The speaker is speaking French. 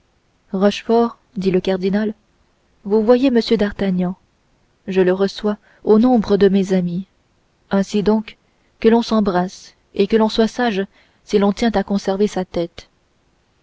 dit le cardinal vous voyez m d'artagnan je le reçois au nombre de mes amis ainsi donc que l'on s'embrasse et que l'on soit sage si l'on tient à conserver sa tête